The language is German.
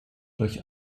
durch